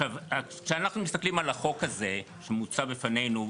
כשאנחנו מסתכלים על החוק הזה שמוצע בפנינו,